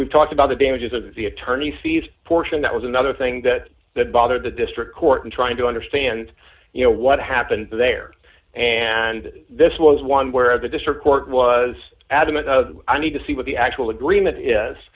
we talked about the damages of the attorney fees portion that was another thing that bothered the district court in trying to understand you know what happened there and this was one where the district court was adamant i need to see what the actual agreement